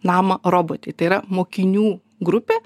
namą robotei tai yra mokinių grupė